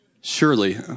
surely